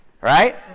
Right